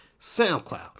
SoundCloud